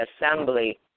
assembly